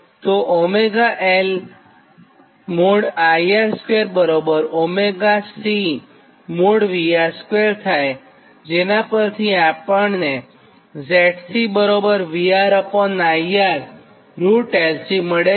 તો ωL|IR|2ωC|VR|2 થાયજેનાં પરથી આપણને ZC VRIR LC મળે છે